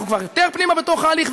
אנחנו כבר יותר פנימה בתוך ההליך,